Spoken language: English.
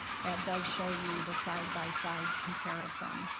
that does show you the side-by-side comparison.